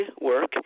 work